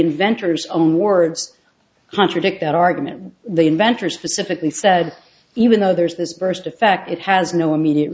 inventors own words contradict that argument the inventor specifically said even though there's this burst effect it has no immediate